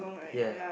ya